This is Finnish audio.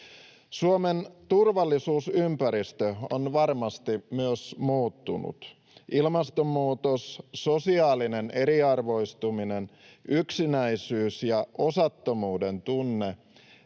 Suomen turvallisuusympäristö on varmasti myös muuttunut. Ilmastonmuutos, sosiaalinen eriarvoistuminen, yksinäisyys ja osattomuuden tunne,